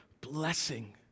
blessing